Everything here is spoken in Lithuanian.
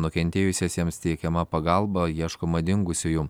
nukentėjusiesiems teikiama pagalba ieškoma dingusiųjų